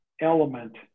element